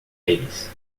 eles